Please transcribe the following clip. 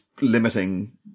limiting